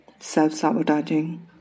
Self-sabotaging